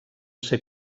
ser